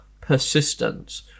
persistence